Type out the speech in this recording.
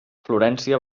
florència